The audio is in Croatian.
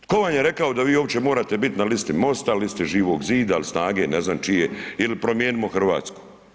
Tko vam je rekao da vi uopće morate biti na listi MOST-a, liste Živog zida ili SNAGA-e, ne znam čije ili Promijenimo Hrvatsku.